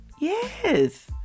Yes